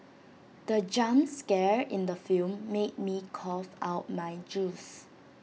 the jump scare in the film made me cough out my juice